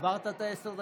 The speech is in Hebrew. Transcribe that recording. עברת את עשר הדקות.